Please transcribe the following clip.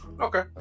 Okay